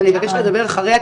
אבל אני מבקשת לדבר אחריה,